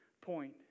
point